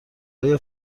آیا